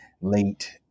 late